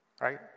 right